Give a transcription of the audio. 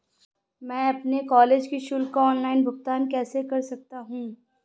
मैं अपने कॉलेज की शुल्क का ऑनलाइन भुगतान कैसे कर सकता हूँ?